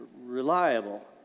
reliable